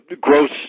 Gross